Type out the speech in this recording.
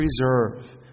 preserve